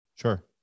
Sure